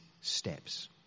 steps